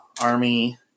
Army